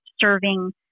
serving